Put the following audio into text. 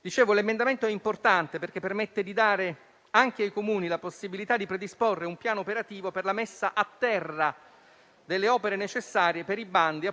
È una misura importante perché permette di dare anche ai Comuni la possibilità di predisporre un piano operativo per la messa a terra delle opere necessarie per i bandi